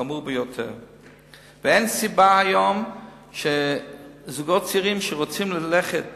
חמור ביותר, ואין סיבה שזוגות צעירים שרוצים ללכת